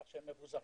כך שהם מבוזרים.